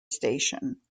station